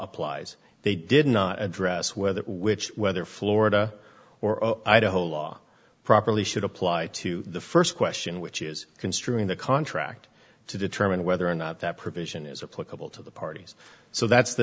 applies they did not address whether which whether florida or idaho law properly should apply to the first question which is construing the contract to determine whether or not that provision is a plausible to the parties so that's the